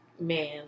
man